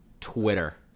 Twitter